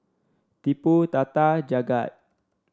Tipu Tata Jagat